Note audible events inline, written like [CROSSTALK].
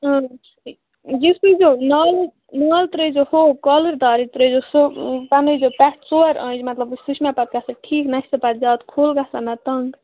اۭں یہِ سُیزیو [UNINTELLIGIBLE] نال ترٛٲیزیو ہُہ کالَر دارٕے ترٛٲیزیو سُہ بنٲیزیو پٮ۪ٹھٕ ژور آنٛچہِ مطلب سُہ چھُ مےٚ پَتہٕ گژھان ٹھیٖک نَہ چھِ سُہ پَتہٕ زیادٕ کھوٚل گژھان نَہ تنٛگ